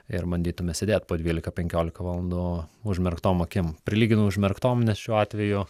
ir bandytume sėdėt po dvylika penkiolika valandų užmerktom akim prilyginu užmerktom nes šiuo atveju